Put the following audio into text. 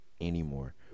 anymore